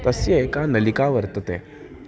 तस्य एका नलिका वर्तते